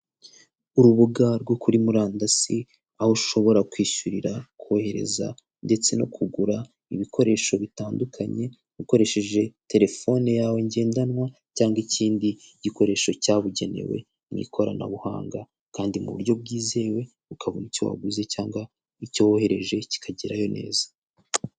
Urubuga rwo kuri murandasi, aho ushobora kwishyurira, kohereza ndetse no kugura ibikoresho bitandukanye ukoresheje telefone yawe ngendanwa cyangwa ikindi gikoresho cyabugenewe mu ikoranabuhanga kandi mu buryo bwizewe, ukabona icyo waguze cyangwa icyo wohereje kikagerayo neza.